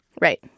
Right